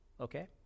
Okay